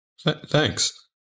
Thanks